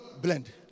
blend